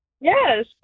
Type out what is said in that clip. Yes